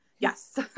Yes